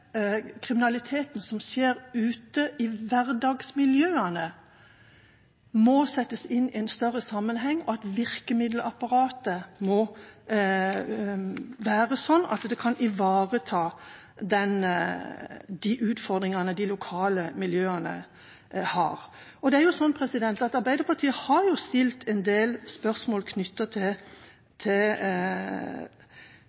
kriminaliteten som begås ute i hverdagsmiljøene, må settes inn i en større sammenheng, og virkemiddelapparatet må være slik at det kan ivareta de utfordringene de lokale miljøene har. Arbeiderpartiet har stilt en del spørsmål knyttet til